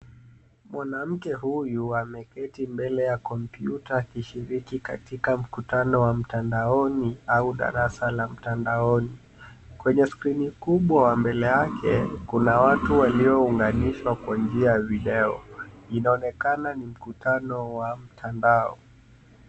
Mwanamke huyu ameketi mbele ya kompyuta akishiriki katika mkutano wa mtandaoni au darasa la mtandaoni. Kwenye skrini kubwa mbele yake, kuna watu waliounganishwa kwa njia ya video. Inaonekana ni mkutano wa mtandao.